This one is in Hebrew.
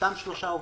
אותם שלושה עובדים?